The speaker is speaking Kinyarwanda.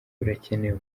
burakenewe